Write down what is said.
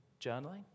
Journaling